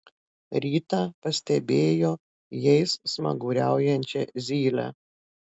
rytą pastebėjo jais smaguriaujančią zylę